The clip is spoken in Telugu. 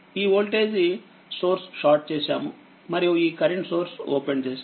ఈ వోల్టేజ్ సోర్స్ షార్ట్ చేసాము మరియు ఈ కరెంట్ సోర్స్ ఓపెన్ చేసాం